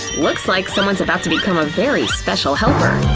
looks like someone's about to become a very special helper.